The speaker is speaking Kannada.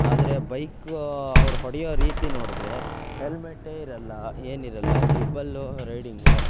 ಆದರೆ ಬೈಕು ಅವ್ರು ಹೊಡೆಯೋ ರೀತಿ ನೋಡಿದ್ರೆ ಹೆಲ್ಮೆಟ್ಟೇ ಇರಲ್ಲ ಏನಿರಲ್ಲ ತ್ರಿಬ್ಬಲ್ಲು ರೈಡಿಂಗು